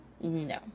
No